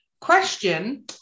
Question